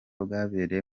bwabereye